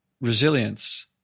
resilience